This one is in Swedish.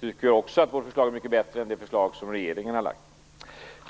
Vi tycker också att vårt förslag är mycket bättre än det förslag som regeringen har lagt fram.